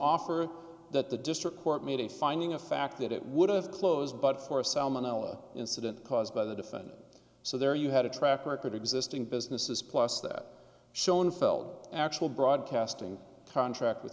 offer that the district court made a finding of fact that it would have closed but for a salmonella incident caused by the defendant so there you had a track record existing businesses plus that schoenfeld actual broadcasting contract with